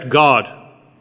God